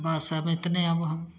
बस आब एतने अब हम